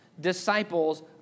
disciples